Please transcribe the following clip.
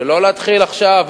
שלא להתחיל עכשיו,